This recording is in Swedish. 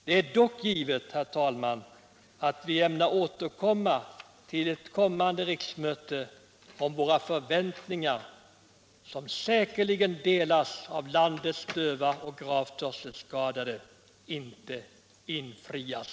Det är dock givet, herr talman, att vi ämnar återkomma till ett följande riksmöte om våra förväntningar, som säkerligen delas av landets döva och gravt hörselskadade, inte infrias.